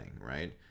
right